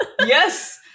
Yes